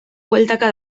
bueltaka